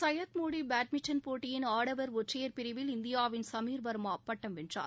Syed Modi badminton போட்டியில் ஆடவர் ஒற்றையர் பிரிவில் இந்தியாவின் சமீர்வர்மா பட்டம் வென்றார்